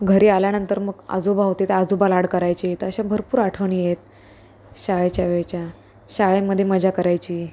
घरी आल्यानंतर मग आजोबा होते ते आजोबा लाड करायचे तर अशा भरपूर आठवणी आहेत शाळेच्या वेळच्या शाळेमध्ये मजा करायची